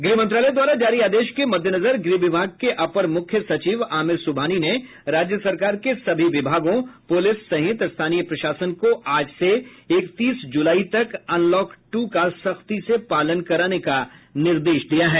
गृह मंत्रालय द्वारा जारी आदेश के मद्देनजर गृह विभाग के अपर मुख्य सचिव आमिर सुबहानी ने राज्य सरकार के सभी विभागों पुलिस सहित स्थानीय प्रशासन को आज से इकतीस जुलाई तक अनलॉक टू को सख्ती से पालन करने का निर्देश दिया है